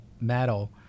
metal